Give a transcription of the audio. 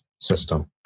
system